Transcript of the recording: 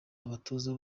abatoza